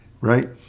right